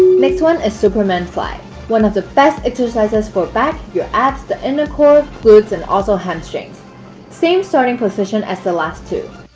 next one is superman slide one of the best exercises for back, your abs the inner core, glutes and also hamstrings same starting position as the last two